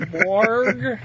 Borg